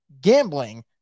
gambling